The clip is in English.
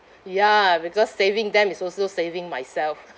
ya because saving them is also saving myself